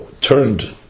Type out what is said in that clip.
turned